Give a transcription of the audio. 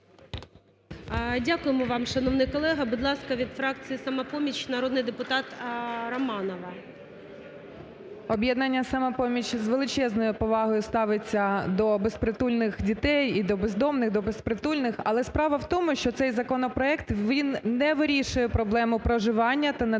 Дякуємо вам, шановний колего. Будь ласка, від фракції "Самопоміч" народний депутат Романова. 11:16:30 РОМАНОВА А.А. Об'єднання "Самопоміч" з величезною повагою ставиться до безпритульних дітей і до бездомних, до безпритульних, але справа в тому, що цей законопроект він не вирішує проблему проживання та надання місць